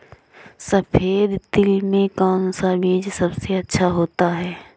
सफेद तिल में कौन सा बीज सबसे अच्छा होता है?